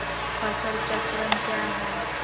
फसल चक्रण क्या है?